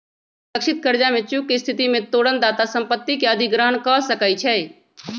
सुरक्षित करजा में चूक के स्थिति में तोरण दाता संपत्ति के अधिग्रहण कऽ सकै छइ